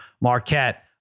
Marquette